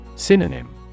Synonym